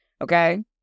Okay